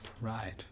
Right